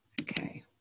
Okay